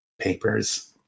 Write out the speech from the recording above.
papers